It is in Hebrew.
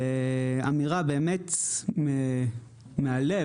באמירה באמת מהלב,